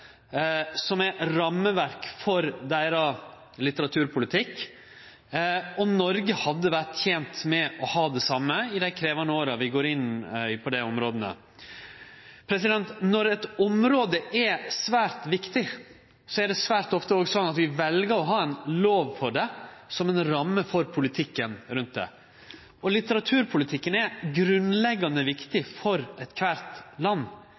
boklover som rammeverk for deira litteraturpolitikk. Noreg hadde vore tent med å ha det same i dei krevjande åra vi går inn i på dette området. Når eit område er svært viktig, er det svært ofte slik at vi òg vel å ha ei lov som ramme for politikken rundt det. Litteraturpolitikken er grunnleggjande viktig for eitkvart land. Det fortel mykje om kven vi er, og er